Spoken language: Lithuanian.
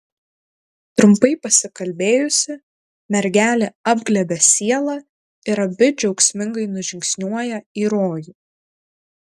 trumpai pasikalbėjusi mergelė apglėbia sielą ir abi džiaugsmingai nužingsniuoja į rojų